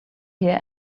here